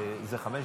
אדוני